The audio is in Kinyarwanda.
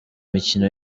mukino